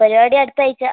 പരിപാടി അടുത്ത ആഴ്ച